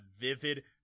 vivid